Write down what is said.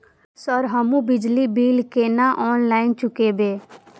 Sir हमू बिजली bill केना ऑनलाईन चुकेबे?